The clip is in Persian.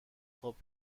خواب